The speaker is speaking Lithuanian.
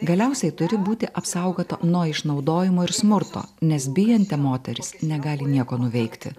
galiausiai turi būti apsaugota nuo išnaudojimo ir smurto nes bijanti moteris negali nieko nuveikti